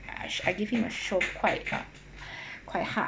ah I give him a shook quite ha~ quite hard